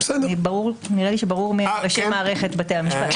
נראה לי שברור מערכת בתי המשפט.